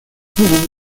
hollywood